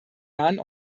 nahen